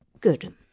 Good